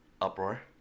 Uproar